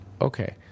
okay